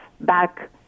back